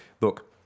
look